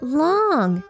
long